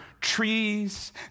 trees